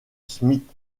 smith